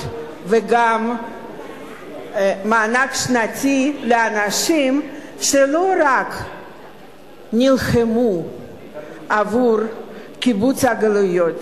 וגם מענק שנתי לאנשים שלא רק נלחמו עבור קיבוץ הגלויות